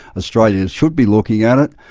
australia should be looking at it,